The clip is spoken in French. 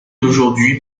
d’aujourd’hui